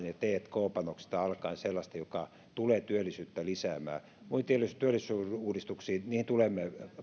tk panoksista alkaen sellaista joka tulee työllisyyttä lisäämään muihin työllisyysuudistuksiin tulemme